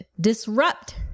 disrupt